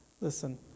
Listen